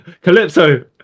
Calypso